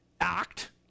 act